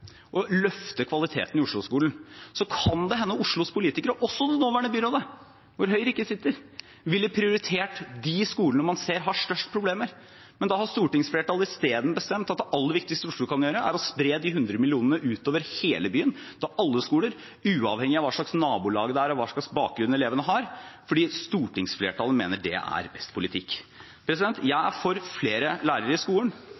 løfte kvaliteten i Oslo-skolen, kan det hende at Oslos politikere, også det nåværende byrådet, hvor Høyre ikke sitter, ville prioritert de skolene man ser har størst problemer. Men da har stortingsflertallet i stedet bestemt at det aller viktigste Oslo kan gjøre, er å spre de 100 mill. kronene utover hele byen, til alle skoler, uavhengig av hva slags nabolag det er, eller hva slags bakgrunn elevene har, fordi stortingsflertallet mener det er best politikk. Jeg er for flere lærere i skolen.